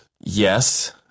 Yes